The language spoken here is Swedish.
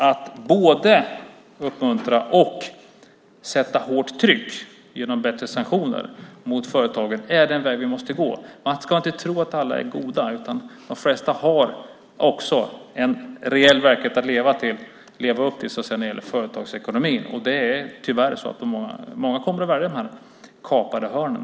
Att både uppmuntra och sätta hårt tryck genom bättre sanktioner mot företagen är den väg vi måste gå. Man ska inte tro att alla är goda. De flesta har en reell verklighet att leva upp till när det gäller företagsekonomi. Det är tyvärr så att många kommer att välja de kapade hörnen.